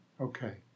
Okay